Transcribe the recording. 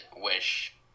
wish